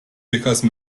because